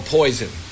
poison